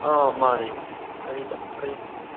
ꯑꯥ ꯃꯥꯅꯤ ꯀꯔꯤ ꯀꯔꯤ